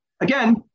Again